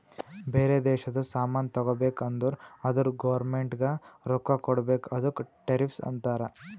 ಬೇರೆ ದೇಶದು ಸಾಮಾನ್ ತಗೋಬೇಕು ಅಂದುರ್ ಅದುರ್ ಗೌರ್ಮೆಂಟ್ಗ ರೊಕ್ಕಾ ಕೊಡ್ಬೇಕ ಅದುಕ್ಕ ಟೆರಿಫ್ಸ್ ಅಂತಾರ